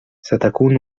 ستكون